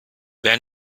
wer